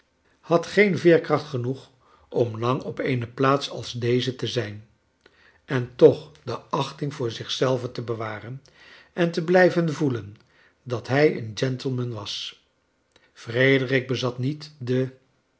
had geen veerkracht genoeg om lang op eene plaats al deze te zijn en toch de achting voor zichzelven te bewaren en te blijven voelen dat hij een gentleman was frederick bezat niet de